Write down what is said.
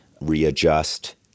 readjust